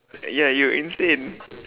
y~ ya you insane